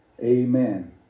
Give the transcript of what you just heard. Amen